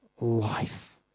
life